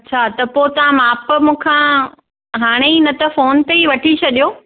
अच्छा त पोइ तव्हां माप मूंखां हाणे ई न त फ़ोन ते ई वठी छॾियो